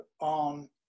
on